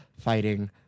fighting